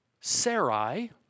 Sarai